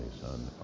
Son